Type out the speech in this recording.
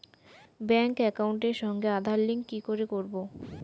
Bank একাউন্টের সঙ্গে Aadhaar link কি করে করবো?